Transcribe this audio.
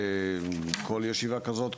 כל ישיבה כזאת,